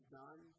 done